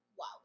Wow